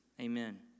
Amen